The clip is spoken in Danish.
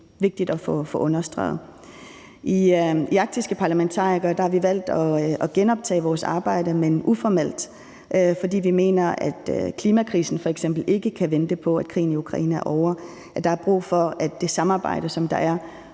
vigtigt at få understreget. I Arktiske Parlamentarikere har vi valgt at genoptage vores arbejde, men uformelt, fordi vi mener, at klimakrisen f.eks. ikke kan vente på, at krigen i Ukraine er ovre. Der er brug for det samarbejde, som der er